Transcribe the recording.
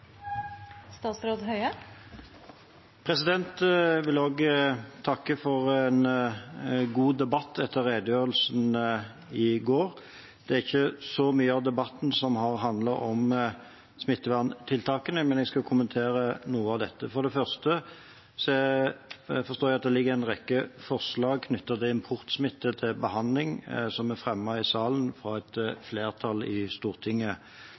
ikke så mye av debatten som har handlet om smitteverntiltakene, men jeg skal kommentere noe av dette. For det første forstår jeg at det ligger en rekke forslag knyttet til importsmitte til behandling, som er fremmet i salen fra et flertall i Stortinget.